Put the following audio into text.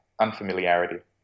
unfamiliarity